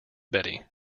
betty